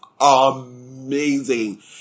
amazing